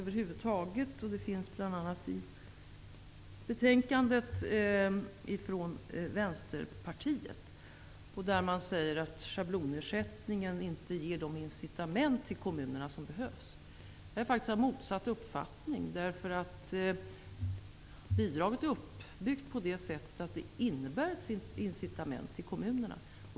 Det framkommer i betänkandet från bl.a. Vänsterpartiet. Det sägs att schablonersättningen inte ger de incitament till kommunerna som behövs. Jag är faktiskt av motsatt uppfattning. Bidraget är uppbyggt så att det innebär ett incitament till kommunerna.